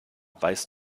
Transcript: weißt